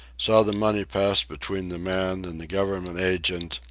saw the money pass between the man and the government agent,